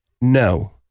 No